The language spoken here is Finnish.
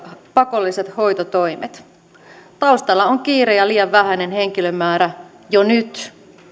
pakolliset hoitotoimet taustalla on kiire ja liian vähäinen henkilömäärä jo nyt